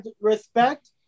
respect